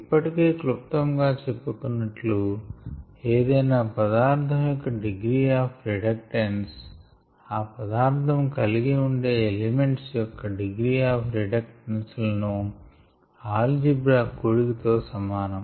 ఇప్పటికే క్లుప్తముగా చెప్పుకున్నట్లు ఏదైనా పదార్ధం యొక్క డిగ్రీ ఆఫ్ రిడక్టన్స్ ఆ పదార్ధము కలిగి ఉండే ఎలిమెంట్స్ యొక్క డిగ్రీ ఆఫ్ రిడక్టన్స్ లను ఆల్జీబ్రా కూడిక తో సమానం